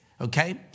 okay